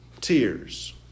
tears